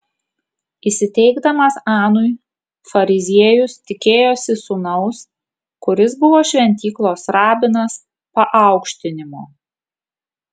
įsiteikdamas anui fariziejus tikėjosi sūnaus kuris buvo šventyklos rabinas paaukštinimo